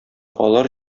алар